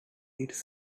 its